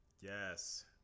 Yes